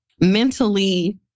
mentally